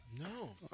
No